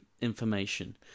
information